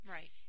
Right